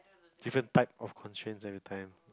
different types of constraints every time